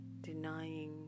denying